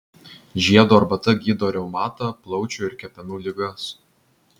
žiedų arbata gydo reumatą plaučių ir kepenų ligas